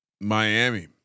Miami